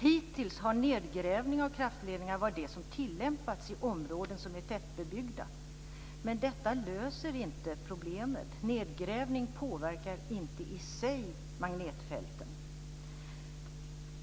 Hittills har nedgrävning av kraftledningar varit det som tillämpats i områden som är tättbebyggda. Men detta löser inte problemet. Nedgrävning påverkar inte i sig magnetfälten.